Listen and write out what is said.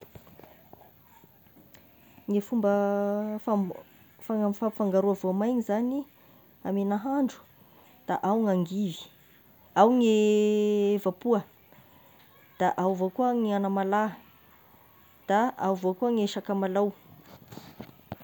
Ny fomba fambo- fan- fampifangaroa voamaigny zagny amin'ny nahandro da ao gn'angivy, ao ny voapoa, da ao vao koa ny agnamalà, da ao avao koa gny sakamalao.